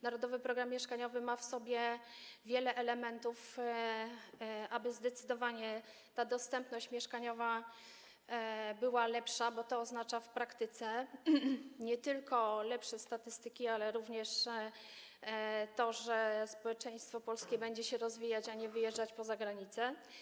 Narodowy program mieszkaniowy” ma w sobie wiele elementów, aby zdecydowanie ta dostępność mieszkaniowa była lepsza, bo to oznacza w praktyce nie tylko lepsze statystyki, ale również to, że społeczeństwo polskie będzie się rozwijać, a nie wyjeżdżać za granicę.